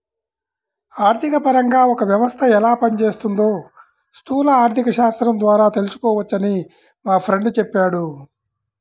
ఆర్థికపరంగా ఒక వ్యవస్థ ఎలా పనిచేస్తోందో స్థూల ఆర్థికశాస్త్రం ద్వారా తెలుసుకోవచ్చని మా ఫ్రెండు చెప్పాడు